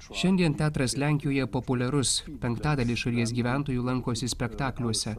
šiandien teatras lenkijoje populiarus penktadalis šalies gyventojų lankosi spektakliuose